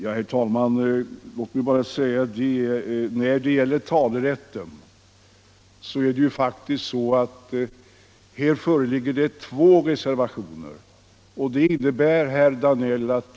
Herr talman! Beträffande talerätten föreligger två reservationer.